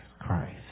Christ